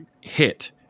hit